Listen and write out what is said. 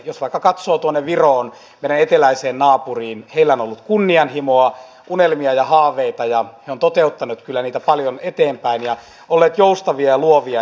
jos vaikka katsoo viroon meidän eteläiseen naapuriimme heillä on ollut kunnianhimoa unelmia ja haaveita ja he ovat toteuttaneet niitä paljon eteenpäin olleet joustavia ja luovia